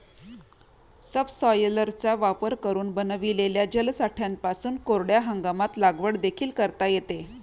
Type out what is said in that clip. सबसॉयलरचा वापर करून बनविलेल्या जलसाठ्यांपासून कोरड्या हंगामात लागवड देखील करता येते